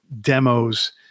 demos